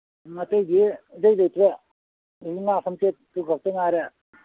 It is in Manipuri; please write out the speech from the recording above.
ꯑꯇꯩꯗꯤ ꯑꯇꯩ ꯂꯩꯇꯦ ꯉꯥ ꯁꯝꯆꯦꯠꯇꯨꯈꯛ ꯉꯥꯏꯔꯦ